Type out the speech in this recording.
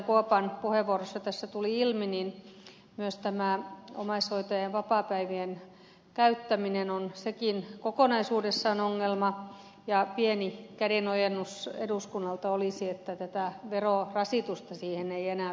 kuopan puheenvuorossa tässä tuli ilmi myös omaishoitajan vapaapäivien käyttäminen on sekin kokonaisuudessaan ongelma ja pieni kädenojennus eduskunnalta olisi että tätä verorasitusta siihen ei enää tulisi